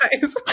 guys